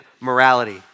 morality